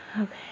okay